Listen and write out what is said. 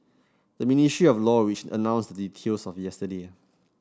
the Ministry of Law which announced the details yesterday